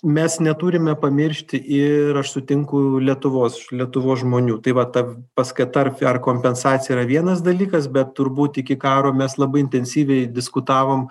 mes neturime pamiršti ir aš sutinku lietuvos lietuvos žmonių tai va ta paskata ar ar kompensacija yra vienas dalykas bet turbūt iki karo mes labai intensyviai diskutavom